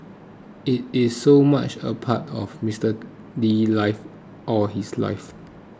it is so much a part of Mister Lee's life all his life